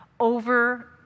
over